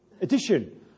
edition